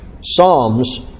Psalms